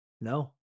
No